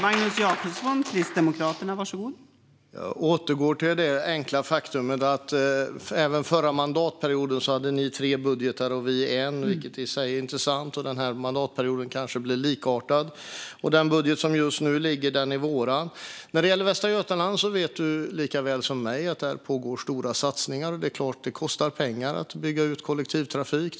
Fru talman! Jag återgår till det enkla faktum att ni hade tre budgetar och vi en under förra mandatperioden, vilket i sig är intressant. Den här mandatperioden kanske blir likartad. Den budget som just nu ligger är vår. När det gäller Västra Götaland vet du lika väl som jag att där pågår stora satsningar, och det är klart att det kostar pengar att bygga ut kollektivtrafik.